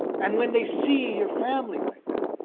and when they see your family like that,